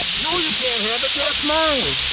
no you can't have it, that's mine!